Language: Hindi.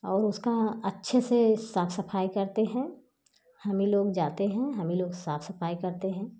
और उसका अच्छे से साफ सफाई करते हैं हम ही लोग जाते हैं हम ही लोग साफ सफाई करते हैं